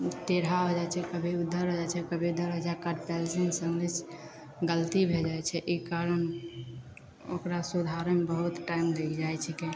टेढ़ा हो जाइ छै कभी उधर हो जाइ छै कभी इधर हो जाइ छै कट पेन्सिलसे गलती भै जाइ छै ई कारण ओकरा सुधारैमे बहुत टाइम लागि जाइ छिकै